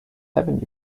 avenue